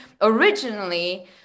originally